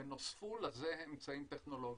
ונוספו לזה אמצעים טכנולוגיים,